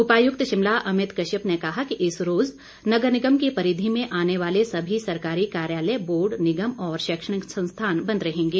उपायुक्त शिमला अमित कश्यप ने कहा कि इस रोज नगर निगम की परिधि में आने वाले सभी सरकारी कार्यालय बोर्ड निगम और शैक्षणिक संस्थान बंद रहेंगे